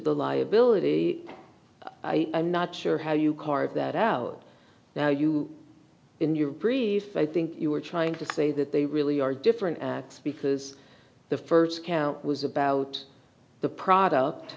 the liability i'm not sure how you carve that out now you in your brief i think you were trying to say that they really are different acts because the first count was about the product